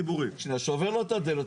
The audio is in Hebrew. שובר לו את הדלת.